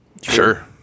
Sure